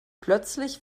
plötzlich